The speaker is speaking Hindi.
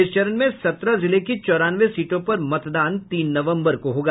इस चरण में सत्रह जिले की चौरानवे सीटों पर मतदान तीन नवम्बर को होगा